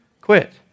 quit